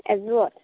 এযোৰত